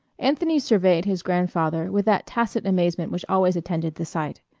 anthony surveyed his grandfather with that tacit amazement which always attended the sight.